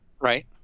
Right